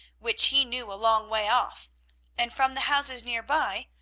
which he knew a long way off and from the houses near by,